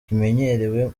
kimenyerewe